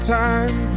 time